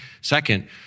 Second